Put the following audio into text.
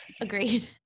Agreed